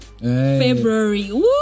February